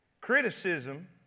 criticism